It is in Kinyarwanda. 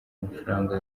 mafaranga